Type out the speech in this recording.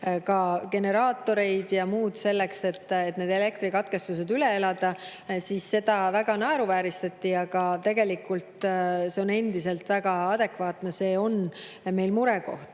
generaatoreid ja muud selleks, et need elektrikatkestused üle elada. Siis seda väga naeruvääristati, aga tegelikult see on endiselt väga adekvaatne, see on meil murekoht. Ma